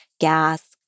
gas